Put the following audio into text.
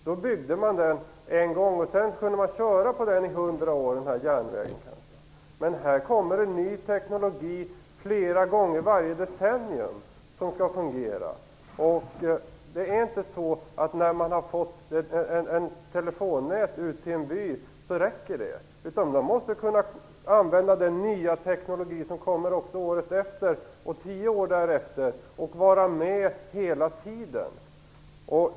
Då byggde man den en gång och sedan kunde man köra på den i hundra år. Här kommer det ny teknik flera gånger varje decennium och den skall fungera. Det räcker inte att man har fått ett telefonnät ut till en by. Man måste kunna använda den nya teknik som kommer också året efter och tio år därefter. Man måste vara med hela tiden.